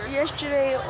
yesterday